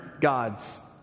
God's